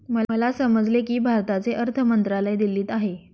मला समजले की भारताचे अर्थ मंत्रालय दिल्लीत आहे